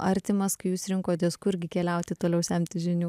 artimas kai jūs rinkotės kurgi keliauti toliau semtis žinių